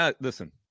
listen